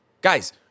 Guys